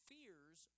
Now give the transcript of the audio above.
Fears